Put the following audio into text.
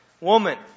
woman